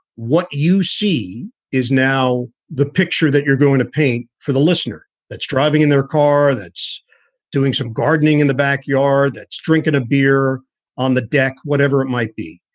what you see is now the picture that you're going to paint for the listener that's driving in their car, that's doing some gardening in the back yard, that's drinking a beer on the deck, whatever it might be.